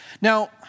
Now